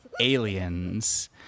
aliens